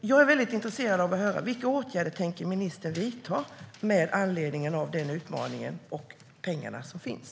Jag är väldigt intresserad av att höra: Vilka åtgärder tänker ministern vidta med anledning av den utmaningen och pengarna som finns?